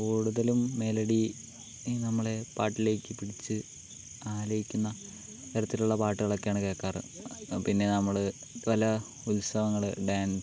കൂടുതലും മെലഡി നമ്മളെ പാട്ടിലേക്ക് പിടിച്ച് ലയിക്കുന്ന തരത്തിലുള്ള പാട്ടുകളൊക്കെയാണ് കേൾക്കാറ് പിന്നെ നമ്മള് പല ഉത്സവങ്ങള് ഡാൻസ്